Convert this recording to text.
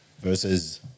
versus